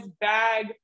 bag